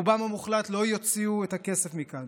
רובם המוחלט לא יוציאו את הכסף מכאן,